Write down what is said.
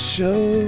Show